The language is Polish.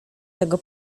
tego